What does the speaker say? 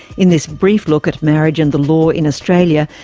in this brief look at marriage and the law in australia,